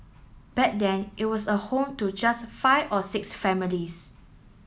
back then it was a home to just five or six families